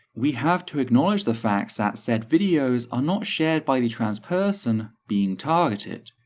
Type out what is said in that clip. we have to acknowledge the fact that said videos are not shared by the trans person being targeted.